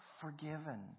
forgiven